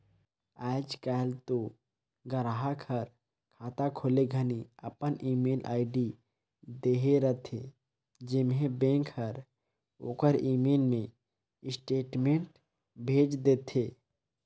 आयज कायल तो गराहक हर खाता खोले घनी अपन ईमेल आईडी देहे रथे जेम्हें बेंक हर ओखर ईमेल मे स्टेटमेंट भेज देथे